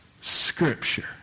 Scripture